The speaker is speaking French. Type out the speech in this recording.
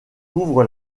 ouvre